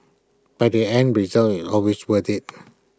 but the end result is always worth IT